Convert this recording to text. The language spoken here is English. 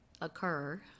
occur